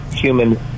human